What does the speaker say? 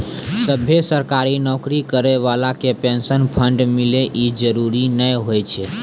सभ्भे सरकारी नौकरी करै बाला के पेंशन फंड मिले इ जरुरी नै होय छै